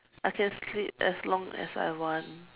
I can sleep as long as I want